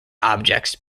objects